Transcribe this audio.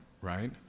right